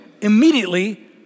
immediately